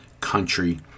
country